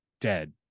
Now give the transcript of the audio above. dead